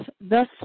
thus